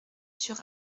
sur